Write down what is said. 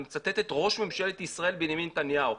אני מצטט את ראש ממשלת ישראל בנימין נתניהו,